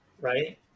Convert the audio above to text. right